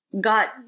got